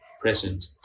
present